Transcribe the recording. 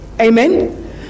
amen